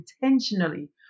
intentionally